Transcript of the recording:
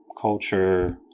culture